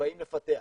שבאים לפתח.